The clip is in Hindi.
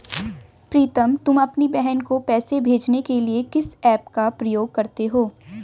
प्रीतम तुम अपनी बहन को पैसे भेजने के लिए किस ऐप का प्रयोग करते हो?